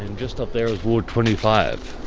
and just up there is ward twenty five